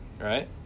Right